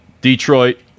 Detroit